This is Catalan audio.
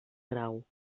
grau